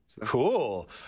Cool